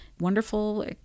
wonderful